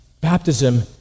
baptism